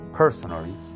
personally